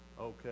Okay